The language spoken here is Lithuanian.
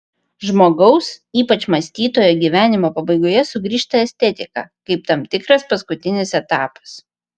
žmogaus ypač mąstytojo gyvenimo pabaigoje sugrįžta estetika kaip tam tikras paskutinis etapas